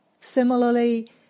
Similarly